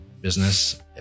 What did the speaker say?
business